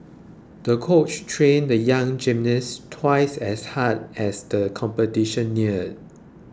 the coach trained the young gymnast twice as hard as the competition neared